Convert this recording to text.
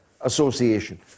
Association